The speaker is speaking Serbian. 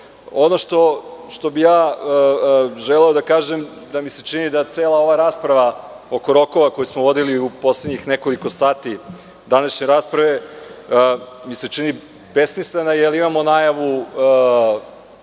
rok. Ono što bih ja želeo da kažem jeste da mi se čini da je cela ova rasprava oko rokova, koju smo vodili u poslednjih nekoliko sati današnje rasprave, besmislena, jer imamo najavu,